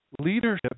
leadership